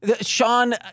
Sean